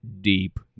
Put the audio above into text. deep